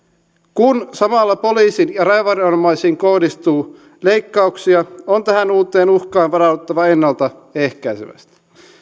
kun samalla poliisi ja rajaviranomaisiin kohdistuu leikkauksia on tähän uuteen uhkaan varauduttava ennalta ehkäisevästi